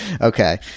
Okay